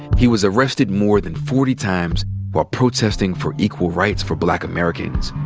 he was arrested more than forty times while protesting for equal rights for black americans.